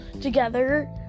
together